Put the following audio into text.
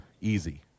Easy